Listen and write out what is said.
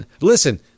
Listen